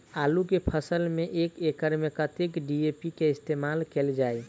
आलु केँ फसल मे एक एकड़ मे कतेक डी.ए.पी केँ इस्तेमाल कैल जाए?